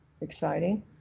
exciting